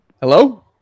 Hello